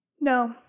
No